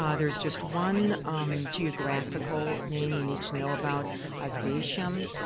ah there's just one geographical name you need to know about oswiecim.